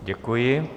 Děkuji.